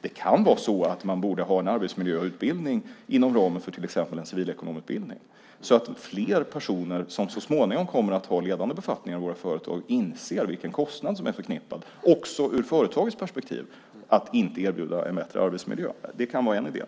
Det kan vara så att man borde ha en arbetsmiljöutbildning inom ramen för till exempel en civilekonomutbildning så att fler personer som så småningom kommer att ha ledande befattningar i våra företag inser vilken kostnad som är förknippad också ur företagets perspektiv med att inte erbjuda en bättre arbetsmiljö. Det kan vara en idé.